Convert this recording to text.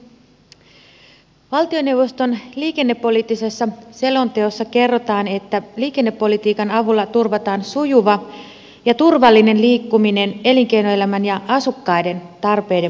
valtioneuvoston liikennepoliittisessa selonteossa kerrotaan että liikennepolitiikan avulla turvataan sujuva ja turvallinen liikkuminen elinkeinoelämän ja asukkaiden tarpeiden mukaisesti